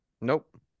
Nope